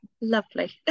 lovely